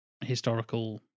historical